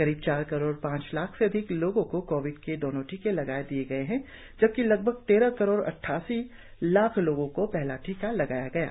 करीब चार करोड़ पांच लाख से अधिक लोगों को कोविड के दोनों टीके लगा दिए गए हैं जबकि लगभग तेरह करोड़ अट्ठासी लाख लोगों को पहला टीका दिया गया है